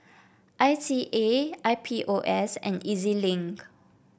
I C A I P O S and E Z Link